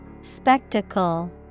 Spectacle